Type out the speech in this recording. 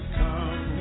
come